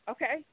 Okay